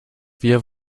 wir